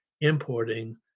importing